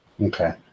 Okay